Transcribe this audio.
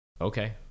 Okay